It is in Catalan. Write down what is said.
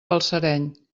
balsareny